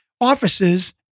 offices